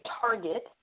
target